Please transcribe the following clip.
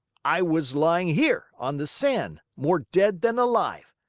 i was lying here on the sand more dead than alive,